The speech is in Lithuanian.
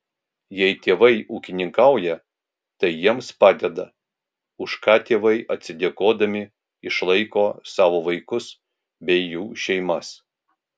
jei tėvai ūkininkauja tai jiems padeda už ką tėvai atsidėkodami išlaiko savo vaikus bei jų šeimas